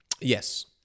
Yes